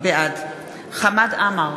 בעד חמד עמאר,